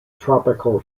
tropical